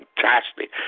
fantastic